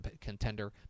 contender